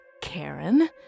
Karen